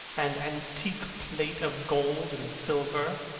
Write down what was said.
and antique plate of gold and silver.